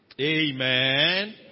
Amen